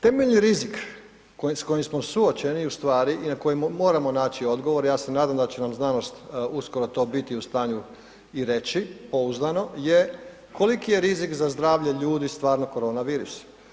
Temeljni rizik s kojim smo suočeni u stvari i na koji moramo naći odgovor, ja se nadam da će nam znanost uskoro to biti u stanju i reći pouzdano, je koliki je rizik za zdravlje ljudi stvarno koronavirus.